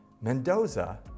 Mendoza